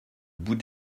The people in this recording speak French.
bout